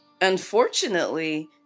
unfortunately